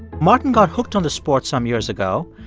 martin got hooked on the sport some years ago.